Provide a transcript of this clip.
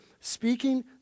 Speaking